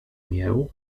mię